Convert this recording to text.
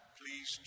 please